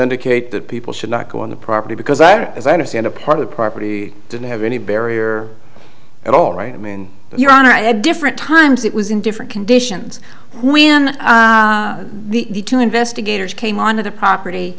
indicate that people should not go on the property because either as i understand a part of the property didn't have any barrier at all right i mean your honor i had different times it was in different conditions when the investigators came onto the property